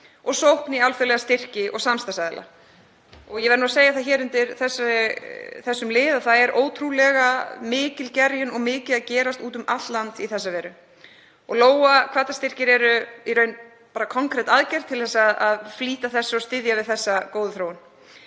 og sókn í alþjóðlega styrki og samstarfsaðila. Ég verð að segja það hér undir þessum lið að það er ótrúlega mikil gerjun og mikið að gerast úti um allt land í þessa veru. Lóa, hvatastyrkir, er í raun bara konkretaðgerð til þess að flýta og styðja við þessa góðu þróun.